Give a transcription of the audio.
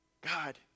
God